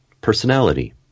personality